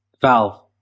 valve